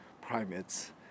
primates